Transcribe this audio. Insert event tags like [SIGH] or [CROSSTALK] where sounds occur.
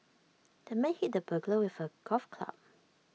[NOISE] the man hit the burglar with A golf club